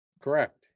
correct